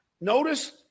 notice